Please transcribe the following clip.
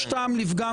יש טעם לפגם,